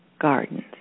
gardens